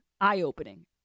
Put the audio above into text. eye-opening